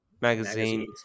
Magazine